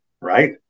right